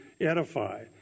edify